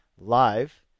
live